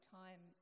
time